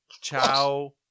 Ciao